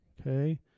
Okay